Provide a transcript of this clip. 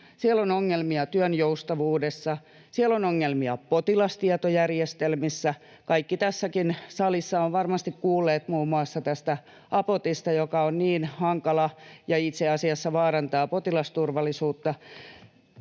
siellä on ongelmia työn joustavuudessa, siellä on ongelmia potilastietojärjestelmissä. Kaikki tässäkin salissa ovat varmasti kuulleet muun muassa tästä Apotista, joka on hankala ja joka itse asiassa vaarantaa potilasturvallisuutta